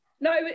No